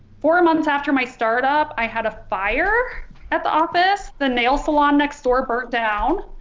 four months after my startup i had a fire at the office the nail salon next door burnt down